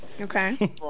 okay